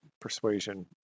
persuasion